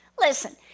Listen